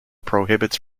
prohibits